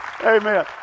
Amen